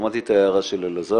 שמעתי את ההערה של אלעזר,